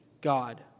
God